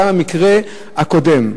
במקרה הקודם.